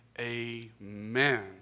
amen